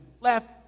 left